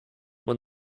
when